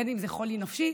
אם זה חולי נפשי,